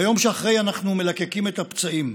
ביום שאחרי אנחנו מלקקים את הפצעים.